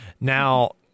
Now